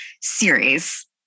series